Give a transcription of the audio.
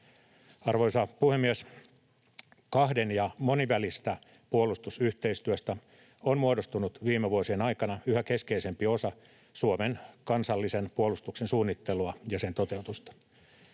Arvoisa puhemies! Kahden- ja monenvälisestä puolustusyhteistyöstä on muodostunut viime vuosien aikana yhä keskeisempi osa Suomen kansallisen puolustuksen suunnittelua ja sen toteutusta.